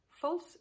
false